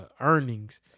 earnings